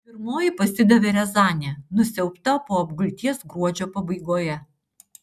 pirmoji pasidavė riazanė nusiaubta po apgulties gruodžio pabaigoje